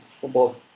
football